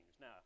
Now